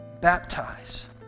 baptize